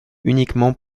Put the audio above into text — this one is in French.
uniquement